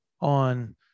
on